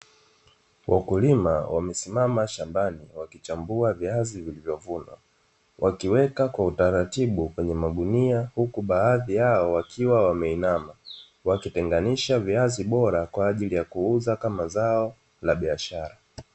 Wakulima wamesimama shambani wakichimbua viazi vilivyokomaa wakiviweka kwa utaratibu kwenye magunia. Huku baadhi yao wakiwa wameinama wakitenganiaha viazi bora kwa ajili ya kuuza kama zao la biashara.